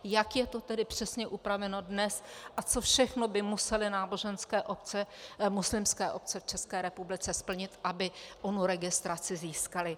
Jak je to tedy přesně upraveno dnes a co všechno by musely muslimské obce v České republice splnit, aby onu registraci získaly.